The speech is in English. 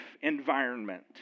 environment